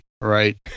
right